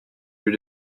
were